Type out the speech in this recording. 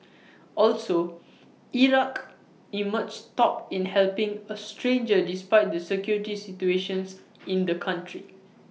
also Iraq emerged top in helping A stranger despite the security situation in the country